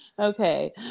Okay